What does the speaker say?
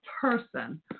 person